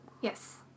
yes